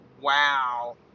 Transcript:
wow